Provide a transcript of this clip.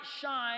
shine